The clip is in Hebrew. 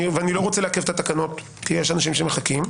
ואני לא רוצה לעכב את התקנות כי יש אנשים שמחכים.